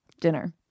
dinner